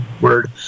word